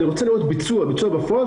רוצה לראות ביצוע בפועל,